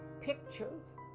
pictures